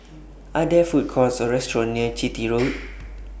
Are There Food Courts Or restaurants near Chitty Road